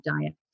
diet